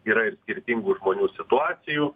yra ir skirtingų žmonių situacijų